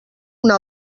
una